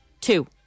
two